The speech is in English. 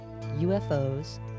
UFOs